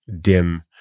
dim